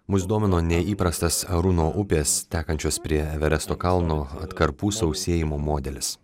mus domino neįprastas aruno upės tekančios prie everesto kalno atkarpų sausėjimo modelis